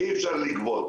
אי אפשר לגבות.